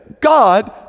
God